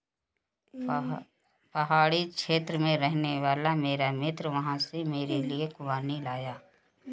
पहाड़ी क्षेत्र में रहने वाला मेरा मित्र वहां से मेरे लिए खूबानी लाया